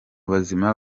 bazima